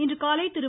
இன்றுகாலை திரு